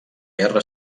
guerra